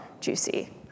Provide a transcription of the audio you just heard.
Juicy